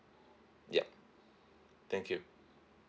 yup thank you